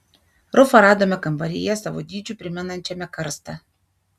rufą radome kambaryje savo dydžiu primenančiame karstą